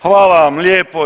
Hvala vam lijepo